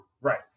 right